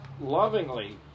lovingly